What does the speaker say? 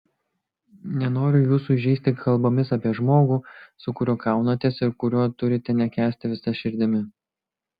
nenoriu jūsų įžeisti kalbomis apie žmogų su kuriuo kaunatės ir kurio turite nekęsti visa širdimi